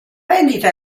vendita